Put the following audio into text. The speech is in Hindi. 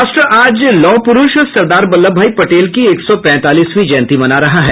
राष्ट्र आज लौह पुरूष सरदार वल्लभ भाई पटेल की एक सौ पैंतालीसवीं जयंती मना रहा है